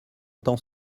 temps